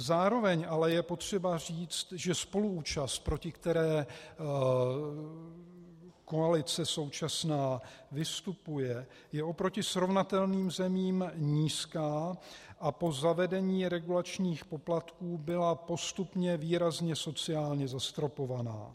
Zároveň ale je potřeba říci, že spoluúčast, proti které současná koalice vystupuje, je oproti srovnatelným zemím nízká a po zavedení regulačních poplatků byla postupně výrazně sociálně zastropovaná.